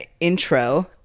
intro